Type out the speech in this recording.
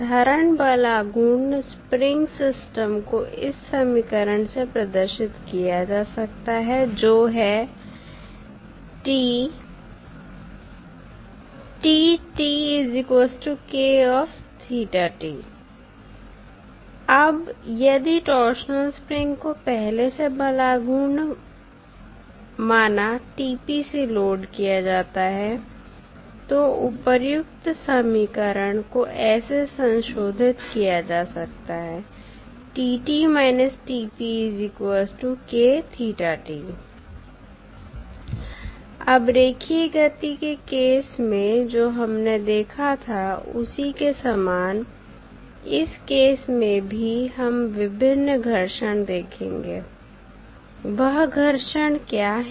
साधारण बल आघूर्ण स्प्रिंग सिस्टम को इस समीकरण से प्रदर्शित किया जा सकता है जो है T अब यदि टॉर्शनल स्प्रिंग को पहले से बल आघूर्ण माना TP से लोड किया जाता है तो उपर्युक्त समीकरण को ऐसे संशोधित किया जा सकता है अब रेखीय गति के केस में जो हमने देखा था उसी के समान इस केस में भी हम विभिन्न घर्षण देखेंगे वह घर्षण क्या हैं